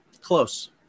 close